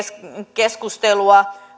keskustelua